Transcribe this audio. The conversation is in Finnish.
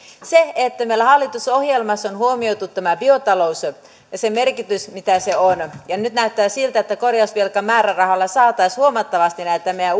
meillä hallitusohjelmassa on huomioitu tämä biotalous ja sen merkitys mitä se on ja nyt näyttää siltä että korjausvelkamäärärahalla saataisiin huomattavasti tätä meidän